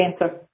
answer